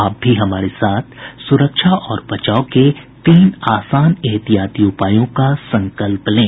आप भी हमारे साथ सुरक्षा और बचाव के तीन आसान एहतियाती उपायों का संकल्प लें